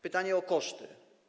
Pytanie o koszty.